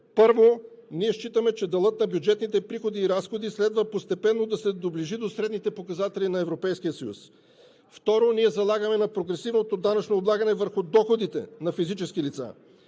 Първо, ние считаме, че делът на бюджетните приходи и разходи следва постепенно да се доближи до средните показатели на Европейския съюз. Второ, ние залагаме на прогресивното данъчно облагане върху доходите на физически лица.